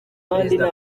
perezida